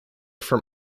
from